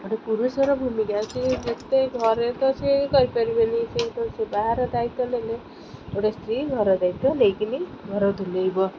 ଗୋଟେ ପୁରୁଷର ଭୂମିକା ସେ ଯେତେ ଘରେ ତ ସେ କରିପାରିବନି ସେ ତ ସେ ବାହାର ଦାୟିତ୍ଵ ନେଲେ ଗୋଟେ ସ୍ତ୍ରୀ ଘର ଦାୟିତ୍ଵ ନେଇକିନି ଘର ତୁଲାଇବ